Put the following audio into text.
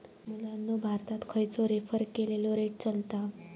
मुलांनो भारतात खयचो रेफर केलेलो रेट चलता?